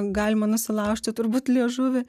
galima nusilaužti turbūt liežuvį